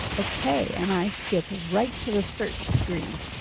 okay and i skipped right to the search screen.